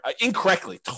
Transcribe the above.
incorrectly